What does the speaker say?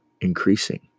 increasing